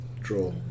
Draw